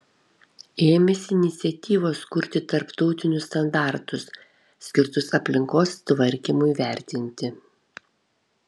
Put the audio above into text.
ėmėsi iniciatyvos kurti tarptautinius standartus skirtus aplinkos tvarkymui vertinti